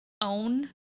own